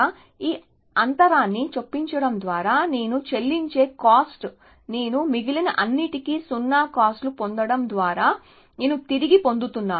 కాబట్టి ఈ అంతరాన్ని చొప్పించడం ద్వారా నేను చెల్లించే కాస్ట్ నేను మిగిలిన అన్నిటికీ 0 కాస్ట్ లు పొందడం ద్వారా నేను తిరిగి పొందుతున్నాను